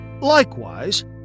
Likewise